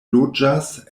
loĝas